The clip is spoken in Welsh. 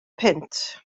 punt